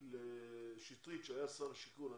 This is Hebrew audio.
לשר שטרית כשהיה שר השיכון,